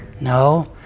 No